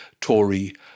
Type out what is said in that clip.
Tory